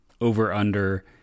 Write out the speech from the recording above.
over-under